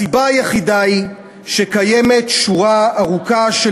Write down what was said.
הסיבה היחידה היא שקיימת שורה ארוכה של